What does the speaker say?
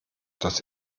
dass